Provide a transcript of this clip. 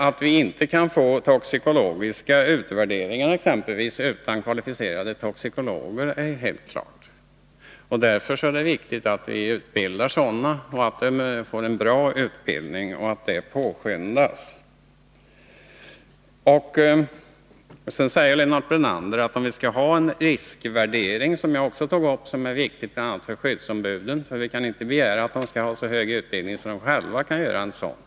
Att vi inte kan få t.ex. toxikologiska utvärderingar utan kvalificerade toxikologer är helt klart. Därför är det också viktigt att vi utbildar sådana, att de får en bra utbildning och att det hela påskyndas. Lennart Brunander sade, att om vi över huvud taget skall ha en riskvärdering — som jag också tog upp — skall den vara oantastbar. En sådan här riskvärdering är viktig för bl.a. skyddsombuden, eftersom vi inte kan begära att dessa skall ha en så god utbildning att de själva kan göra en värdering.